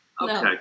Okay